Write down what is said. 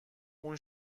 اون